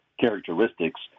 characteristics